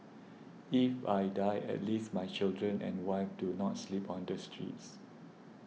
if I die at least my children and wife do not sleep on the streets